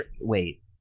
wait